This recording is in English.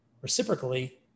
reciprocally